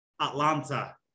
Atlanta